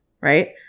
right